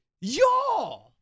y'all